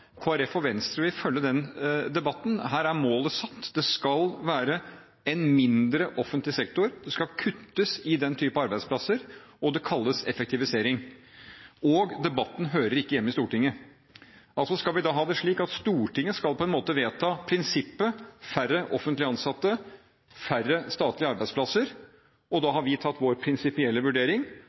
og Venstre vil følge den debatten – her er målet satt, det skal være en mindre offentlig sektor, det skal kuttes i den typen arbeidsplasser, og det kalles effektivisering. Og: Debatten hører ikke hjemme i Stortinget. Skal vi ha det slik at Stortinget på en måte skal vedta prinsippet om færre offentlig ansatte, færre statlige arbeidsplasser, og da har vi tatt vår prinsipielle vurdering,